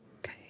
Okay